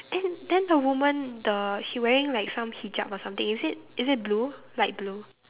then then the woman the she wearing like some hijab or something is it blue light blue